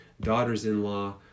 daughters-in-law